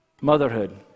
Motherhood